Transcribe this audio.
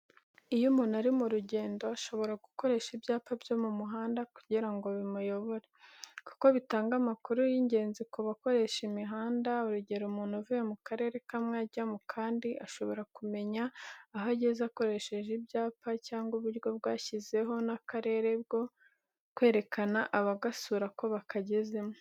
Iyo umuntu ari mu rugendo, ashobora gukoresha ibyapa byo mu muhanda kugira ngo bimuyobore, kuko bitanga amakuru y'ingenzi ku bakoresha imihanda. Urugero, umuntu uvuye mu karere kamwe ajya mu kandi ashobora kumenya aho ageze akoresheje ibyapa, cyangwa uburyo bwashyizweho n'akarere bwo kwereka abagasura ko bakagezemo.